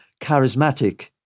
charismatic